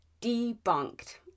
debunked